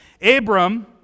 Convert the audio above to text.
Abram